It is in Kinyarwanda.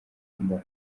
mba